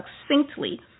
succinctly